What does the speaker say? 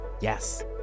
Yes